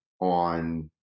on